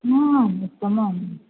आम् उत्तमम्